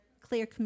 clear